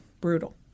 Brutal